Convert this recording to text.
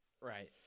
Right